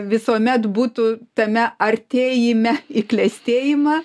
visuomet būtų tame artėjime į klestėjimą